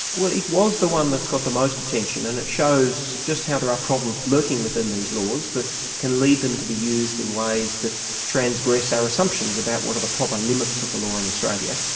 well, it was the one that's got the most attention, and it shows just how there are problems lurking within these laws, that can lead them to be used in ways that transgress our assumptions about what are the proper limits of the law in and australia.